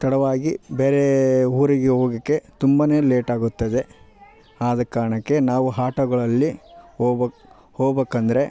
ತಡವಾಗಿ ಬೇರೆ ಊರಿಗೆ ಹೋಗೋಕೆ ತುಂಬಾ ಲೇಟ್ ಆಗುತ್ತದೆ ಆದ ಕಾರಣಕ್ಕೆ ನಾವು ಆಟೋಗಳಲ್ಲಿ ಹೊಗ್ಬೇಕು ಹೋಗ್ಬೇಕಂದ್ರೆ